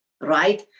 right